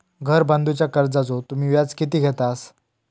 घर बांधूच्या कर्जाचो तुम्ही व्याज किती घेतास?